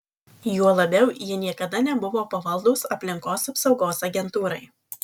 juo labiau jie niekada nebuvo pavaldūs aplinkos apsaugos agentūrai